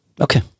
Okay